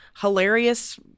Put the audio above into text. hilarious